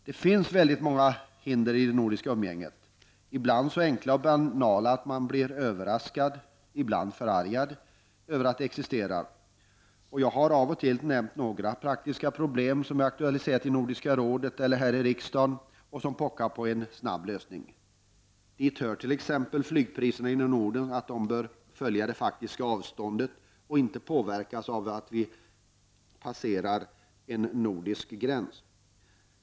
Det finns förvisso många hinder i det nordiska umgänget. Ibland är de så enkla och banala att man blir överraskad över att de existerar. Men ibland blir man också förargad. Jag har av och till nämnt några praktiska problem som jag har aktualiserat i Nordiska rådet och/eller här i riksdagen och som pockar på en snabb lösning. Dit hör att flygpriserna inom Norden bör följa det faktiska avståndet och inte påverkas av att en nationsgräns passeras.